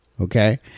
Okay